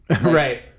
right